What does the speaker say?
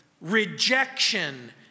rejection